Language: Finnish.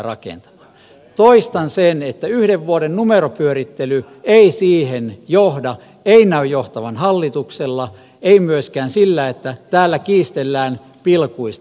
toistan sen että yhden vuoden numeronpyörittely ei siihen johda ei näy johtavan hallituksella ei myöskään se että täällä kiistellään pilkuista